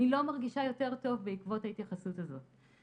אני לא מרגישה יותר טוב בעקבות ההתייחסות הזאת.